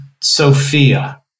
Sophia